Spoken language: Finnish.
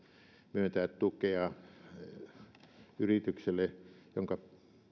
myöntää tukea yritykselle jonka